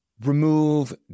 remove